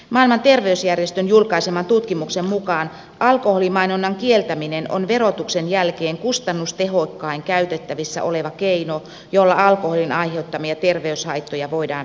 maailman terveysjärjestön julkaiseman tutkimuksen mukaan alkoholimainonnan kieltäminen on verotuksen jälkeen kustannustehokkain käytettävissä oleva keino jolla alkoholin aiheuttamia terveyshaittoja voidaan vähentää